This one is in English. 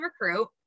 recruit